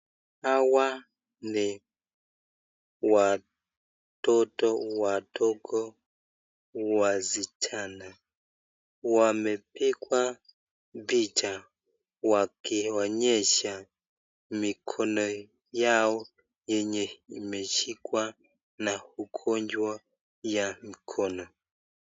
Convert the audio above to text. Hawa ni watoto wadogo wasichana. Wamepigwa picha wakionyesha mikono yao yenye imeshikwa na ugonjwa ya mkono.